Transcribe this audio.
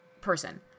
person